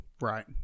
right